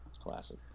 Classic